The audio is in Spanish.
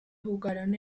jugaron